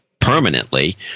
permanently